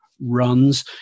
runs